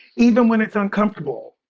even when it's uncomfortable.